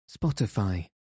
Spotify